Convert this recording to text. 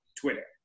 Twitter